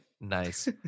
Nice